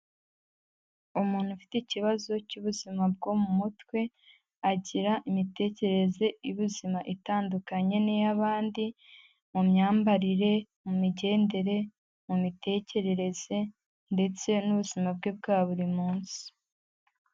Umuntu ufite ikibazo cy'ubuzima bwo mu mutwe, agira imitekerereze y'ubuzima itandukanye n'iy'abandi, mu myambarire, mu migendere, mu mitekerereze ndetse n'ubuzima bwe bwa buri munsi.